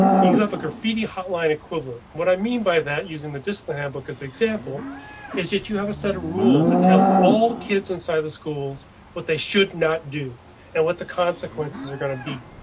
you have a graffiti hotline equivalent. what i mean by that? using the discipline outlook as the example is that you have a set of rules that tells all the kids inside the schools what they should not do and what the consequences are going to be.